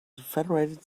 federated